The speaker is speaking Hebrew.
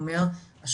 על המתווה,